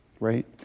right